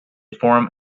form